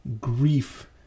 grief